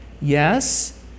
Yes